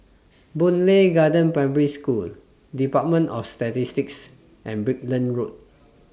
Boon Lay Garden Primary School department of Statistics and Brickland Road